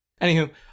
Anywho